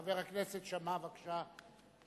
חבר הכנסת שאמה, בבקשה.